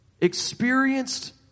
experienced